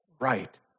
right